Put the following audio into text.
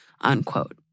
unquote